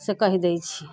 से कहि दै छी